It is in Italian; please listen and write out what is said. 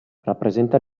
rappresenta